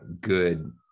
good